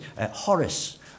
Horace